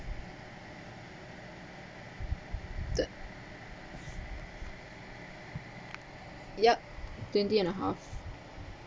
the yup twenty and a half